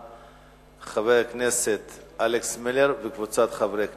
של חבר הכנסת אלכס מילר וקבוצת חברי כנסת,